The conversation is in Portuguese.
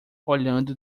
olhando